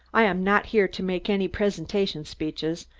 i'm not here to make any presentation speeches.